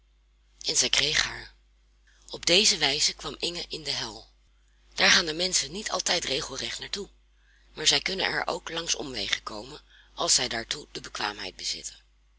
en zij kreeg haar op deze wijze kwam inge in de hel daar gaan de menschen niet altijd regelrecht naar toe maar zij kunnen er ook langs omwegen inkomen als zij daartoe de bekwaamheid bezitten